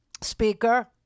Speaker